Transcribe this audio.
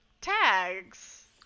tags